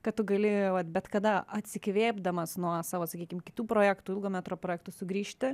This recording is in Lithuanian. kad tu gali bet kada atsikvėpdamas nuo savo sakykim kitų projektų ilgo metro projektų sugrįžti